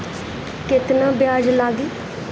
केतना ब्याज लागी?